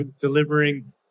delivering